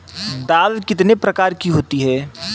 दाल कितने प्रकार की होती है?